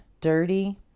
dirty